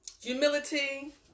humility